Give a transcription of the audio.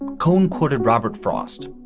and combe quoted robert frost,